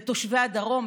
לתושבי הדרום,